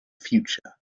future